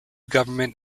government